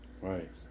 right